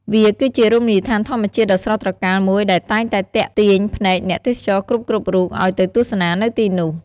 វាគឺជារមណីយដ្ឋានធម្មជាតិដ៏ស្រស់ត្រកាលមួយដែលតែងតែទាក់ទាញភ្នែកអ្នកទេសចរគ្រប់ៗរូបឲ្យទៅទស្សនានៅទីនោះ ។